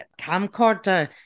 camcorder